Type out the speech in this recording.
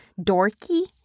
dorky